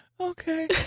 Okay